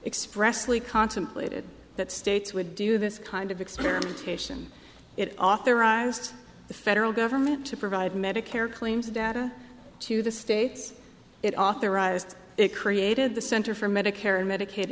expressly contemplated that states would do this kind of experimentation it authorized the federal government to provide medicare claims data to the states it authorized it created the center for medicare and medica